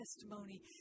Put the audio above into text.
testimony